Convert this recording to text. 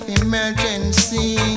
emergency